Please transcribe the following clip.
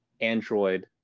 Android